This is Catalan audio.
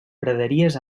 praderies